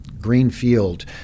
Greenfield